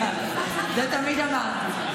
את זה תמיד אמרתי.